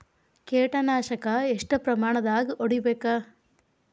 ಕೇಟ ನಾಶಕ ಎಷ್ಟ ಪ್ರಮಾಣದಾಗ್ ಹೊಡಿಬೇಕ?